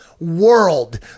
world